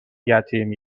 یتیم